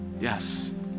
yes